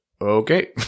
okay